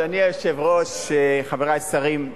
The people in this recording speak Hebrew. אדוני היושב-ראש, חברי השרים,